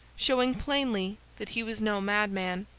showing plainly that he was no madman,